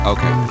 Okay